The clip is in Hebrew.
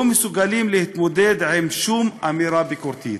לא מסוגלים להתמודד עם שום אמירה ביקורתית.